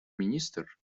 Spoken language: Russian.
министр